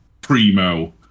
primo